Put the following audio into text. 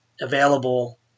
available